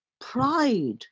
pride